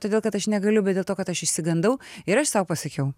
todėl kad aš negaliu bet dėl to kad aš išsigandau ir aš sau pasakiau